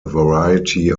variety